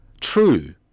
true